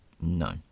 No